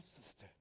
sister